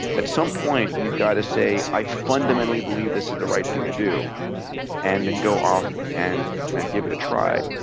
at some point, you've gotta say, i fundamentally believe this is the right thing to do and then go off and and give it a try.